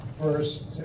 first